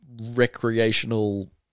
recreational